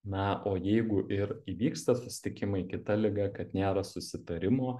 na o jeigu ir įvyksta susitikimai kita liga kad nėra susitarimo